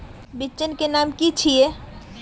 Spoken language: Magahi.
बिचन के नाम की छिये?